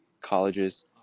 colleges